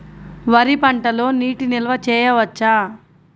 వరి పంటలో నీటి నిల్వ చేయవచ్చా?